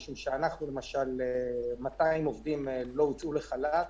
משום שאצלנו 200 עובדים לא הוצאו לחל"ת,